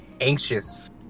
anxious